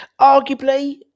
arguably